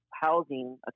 housing